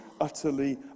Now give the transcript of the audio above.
utterly